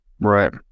Right